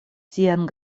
sian